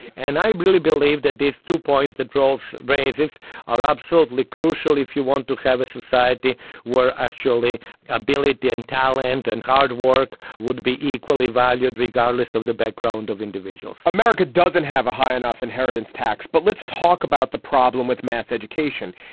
and i really believe that there's two points that drawls raises are absolutely crucial. if you want to have a society where actually ability and talent and hard work would be equally valued regardless of the background of individuals america doesn't have a high enough inheritance tax, but let's talk about the problem with mass education.